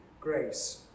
grace